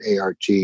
ART